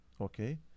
Okay